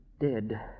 Dead